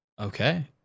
Okay